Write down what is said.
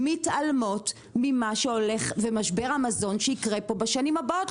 מתעלמים ממה שהולך וממשבר המזון שיקרה פה בשנים הבאות,